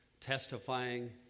testifying